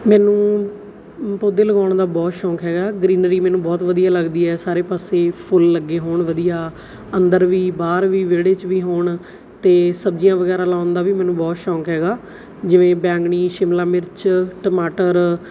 ਮੈਨੂੰ ਪੌਦੇ ਲਗਾਉਣ ਦਾ ਬਹੁਤ ਸ਼ੌਕ ਹੈਗਾ ਗਰੀਨਰੀ ਮੈਨੂੰ ਬਹੁਤ ਵਧੀਆ ਲੱਗਦੀ ਹੈ ਸਾਰੇ ਪਾਸੇ ਫੁੱਲ ਲੱਗੇ ਹੋਣ ਵਧੀਆ ਅੰਦਰ ਵੀ ਬਾਹਰ ਵੀ ਵਿਹੜੇ 'ਚ ਵੀ ਹੋਣ ਅਤੇ ਸਬਜ਼ੀਆਂ ਵਗੈਰਾ ਲਾਉਣ ਦਾ ਵੀ ਮੈਨੂੰ ਬਹੁਤ ਸ਼ੌਕ ਹੈਗਾ ਜਿਵੇਂ ਬੈਂਗਣੀ ਸ਼ਿਮਲਾ ਮਿਰਚ ਟਮਾਟਰ